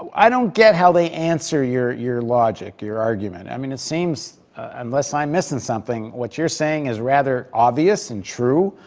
i don't get how they answer your your logic, your argument. i mean, it seems unless i'm missing something, what you're saying is rather obvious and true,